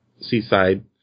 seaside